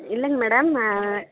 இல்லைங் மேடம்